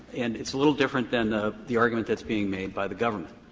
and it's a little different than ah the argument that's being made by the government.